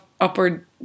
upward